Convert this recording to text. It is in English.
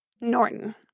Norton